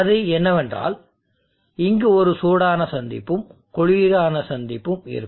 அது என்னவென்றால் இங்கு ஒரு சூடான சந்திப்பும் குளிரான சந்திப்பும் இருக்கும்